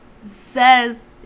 says